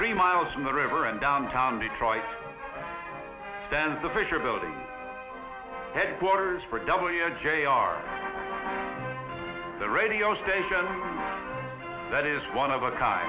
three miles from the river in downtown detroit then the fisher built headquarters for w j r the radio station that is one of our car